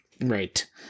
Right